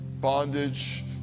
bondage